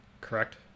correct